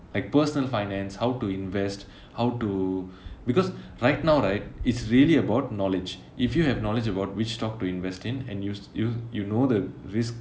like personal finance how to invest how to because right now right it's really about knowledge if you have knowledge about which stock to invest in and use you you know the risk